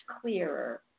clearer